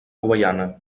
guaiana